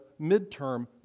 midterm